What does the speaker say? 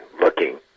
looking